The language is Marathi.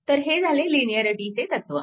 तर हे झाले लिनिअरिटीचे तत्व